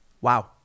Wow